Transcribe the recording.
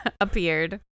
Appeared